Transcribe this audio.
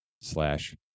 slash